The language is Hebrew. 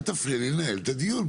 אל תפריע לי לנהל את הדיון,